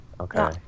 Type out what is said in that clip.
okay